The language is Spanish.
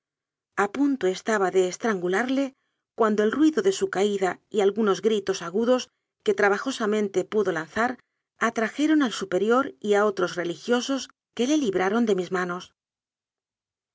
punto estaba de estran gularle cuando el ruido de su caída y algunos gri tos agudos que trabajosamente pudo lanzar atra jeron al superior y a otros religiosos que le li braron de mis manos